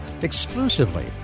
exclusively